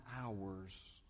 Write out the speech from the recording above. hours